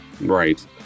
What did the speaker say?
right